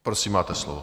Prosím, máte slovo.